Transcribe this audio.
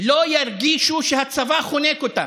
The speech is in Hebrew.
לא ירגישו שהצבא חונק אותם.